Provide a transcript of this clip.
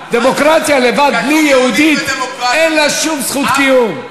דמוקרטיה לבד, בלי יהודית, אין לה שום זכות קיום.